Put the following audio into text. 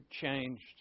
changed